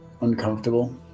uncomfortable